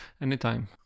anytime